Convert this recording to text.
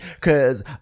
cause